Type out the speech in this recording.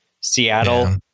Seattle